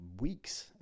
weeks